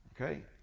Okay